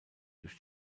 durch